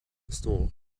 store